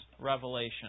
revelation